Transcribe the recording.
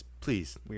Please